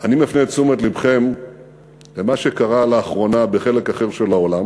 אני מפנה את תשומת לבכם למה שקרה לאחרונה בחלק אחר של העולם